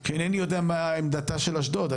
כי אינני יודע מה עמדתה של אשדוד.